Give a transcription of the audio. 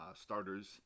starters